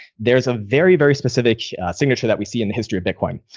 there's a very, very specific signature that we see in the history of bitcoin.